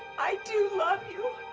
i do love you.